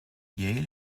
yale